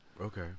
Okay